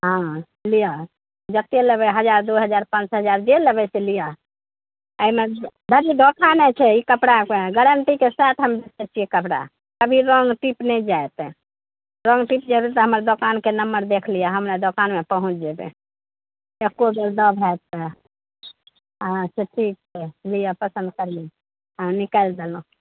हाँ लिअ जते लेबय हजार दू हजार पाँच सओ हजार जे लेबय से लिअ अइमे बड धोखा नहि छै ई कपड़ासँ गारण्टीके साथ हम दै छियै कपड़ा कभी रङ्ग टीप नहि जायत रङ्ग टीप जेतय तऽ हमर दोकानके नम्बर देख लिअ हमर दोकानमे पहुँच जेबय एकोरती दब हैत तऽ अहाँसँ ठीक छै लिअ पसन्द करली हाँ निकालि देलहुँ